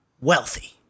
wealthy